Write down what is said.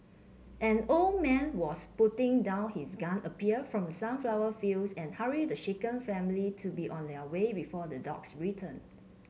an old man was putting down his gun appeared from sunflower fields and hurried the shaken family to be on their way before the dogs return